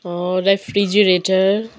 refrigerator